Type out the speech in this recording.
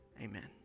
Amen